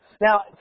Now